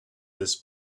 this